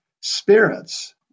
spirits